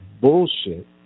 bullshit